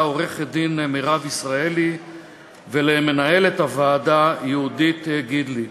עורכת-הדין מירב ישראלי ולמנהלת הוועדה יהודית גידלי.